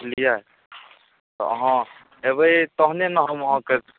लिअ तऽ अहाँ अएबै तहने ने हम अहाँके